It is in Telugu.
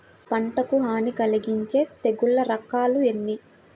పంటకు హాని కలిగించే తెగుళ్ల రకాలు ఎన్ని?